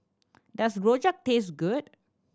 does rojak taste good